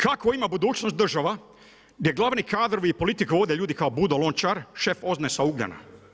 Kakvu ima budućnost država, gdje glavni kadrovi i politika vode ljudi kao budolončar, šef … sa Ugljana.